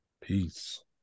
peace